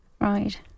right